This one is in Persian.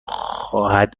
خواهد